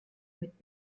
mit